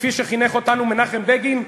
כפי שחינך אותנו מנחם בגין,